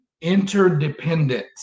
interdependence